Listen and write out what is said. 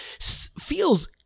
feels